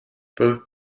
both